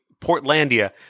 Portlandia